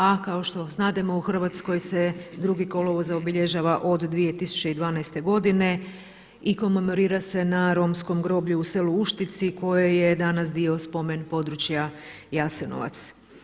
A kao što znademo u Hrvatskoj se 2. kolovoza obilježava od 2012. godine i komemorira se na romskom groblju u selu Uštici koje je danas dio spomen područja Jasenovac.